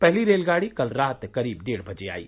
पहली रेलगाड़ी कल रात करीब डेढ़ बजे आयी